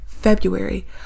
february